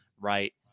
right